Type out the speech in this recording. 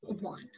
one